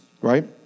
right